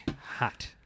Hot